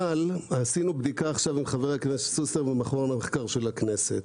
עשינו עכשיו בדיקה עם חבר הכנסת שוסטר ומכון המחקר של הכנסת.